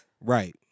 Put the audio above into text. Right